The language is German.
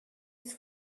ist